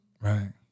right